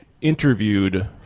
interviewed